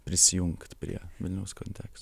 prisijungt prie vilniaus konteks